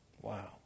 Wow